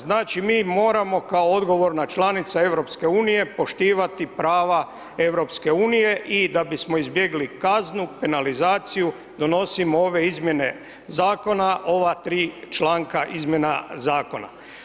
Znači mi moramo kao odgovorna članica EU poštivati prava EU i da bismo izbjegli kaznu, penalizaciju donosimo ove izmjene zakona ova 3 članka izmjena zakona.